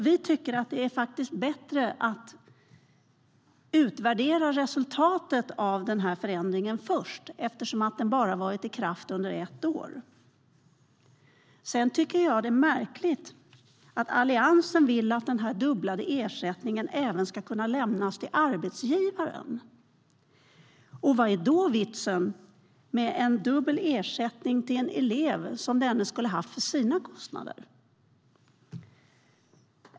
Vi tycker att det är bättre att utvärdera resultatet av förändringen först eftersom den bara har varit i bruk i ett år. Sedan tycker jag att det är märkligt att Alliansen vill att den dubblade ersättningen även ska kunna lämnas till arbetsgivaren. Vad är då vitsen med dubbel ersättning? Eleven skulle ju ha haft den till sina kostnader.